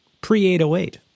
pre-808